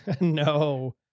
No